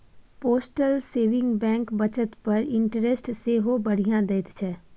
postal saving bank बचत पर interest सेहो बढ़ियाँ दैत छै